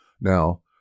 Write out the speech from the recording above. Now